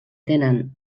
tenen